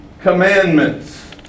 commandments